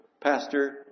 pastor